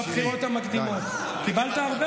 אתה רוצה שאני אפתח את השיח איתך?